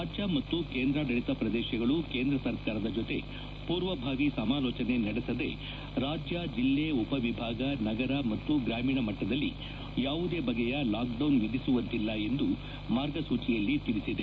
ರಾಜ್ಯ ಮತ್ತು ಕೇಂದ್ರಾದಳಿತ ಪ್ರದೇಶಗಳು ಕೇಂದ್ರ ಸರ್ಕಾರದ ಜೊತೆ ಪೂರ್ವಭಾವಿ ಸಮಾಲೋಚನೆ ನಡೆಸದೆ ರಾಜ್ಯ ಜಿಲ್ಲೆ ಉಪವಿಭಾಗ ನಗರ ಮತ್ತು ಗ್ರಾಮೀಣ ಮಟ್ಟದಲ್ಲಿ ಯಾವುದೇ ಬಗೆಯ ಲಾಕ್ಡೌನ್ ವಿಧಿಸುವಂತಿಲ್ಲ ಎಂದು ಮಾರ್ಗಸೂಚಿಯಲ್ಲಿ ತಿಳಿಸಿದೆ